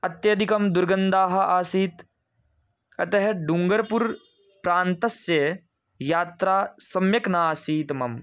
अत्यधिकं दुर्गन्धः आसीत् अतः डूङ्गर्पुरप्रान्तस्य यात्रा सम्यक् नासीत् मम